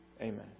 Amen